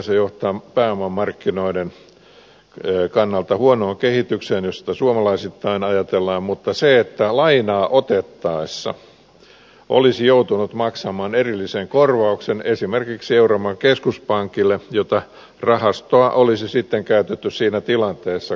se johtaa pääomamarkkinoiden kannalta huonoon kehitykseen jos sitä suomalaisittain ajatellaan mutta ideana olisi se että lainaa otettaessa olisi joutunut maksamaan erillisen korvauksen esimerkiksi euroopan keskuspankille jota rahastoa olisi sitten käytetty siinä tilanteessa kun olisi tarvittu